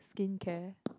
skincare